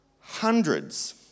hundreds